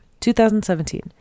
2017